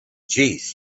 jeez